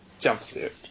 Jumpsuit